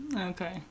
Okay